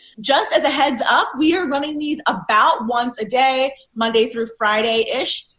just as a heads-up, we are running these about once a day, monday through friday-ish,